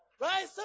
right